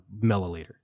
milliliter